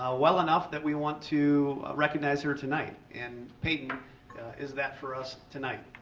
ah well enough that we want to recognize her tonight and peyton is that for us tonight.